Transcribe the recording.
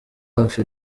hafi